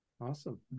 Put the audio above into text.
Awesome